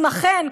אם אכן,